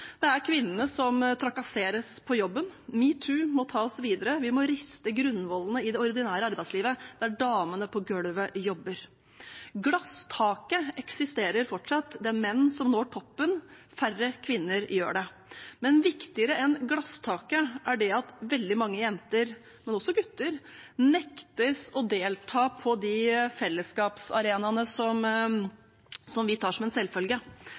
Det er kvinnene som trakasseres på jobben. Metoo må tas videre. Vi må riste grunnvollene i det ordinære arbeidslivet, der damene på gulvet jobber. Glasstaket eksisterer fortsatt. Det er menn som når toppen. Færre kvinner gjør det. Men viktigere enn glasstaket er det at veldig mange jenter – men også gutter – nektes å delta på de fellesskapsarenaene vi tar som en selvfølge.